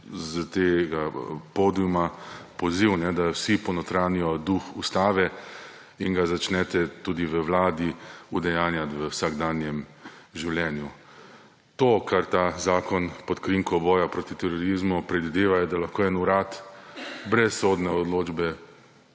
s tega podiuma poziv, da vsi ponotranjijo duh Ustave in ga začnete tudi v vladi udejanjati v vsakdanjem življenju. To, kar ta zakon pod krinko boja proti terorizmu predvideva, je, da lahko en urad brez sodne odločbe